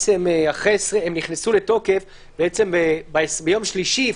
הן נכנסו לתוקף ביום שלישי,